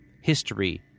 history